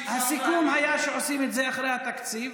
הסיכום היה שעושים את זה אחרי התקציב.